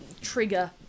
trigger